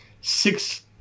six